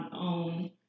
own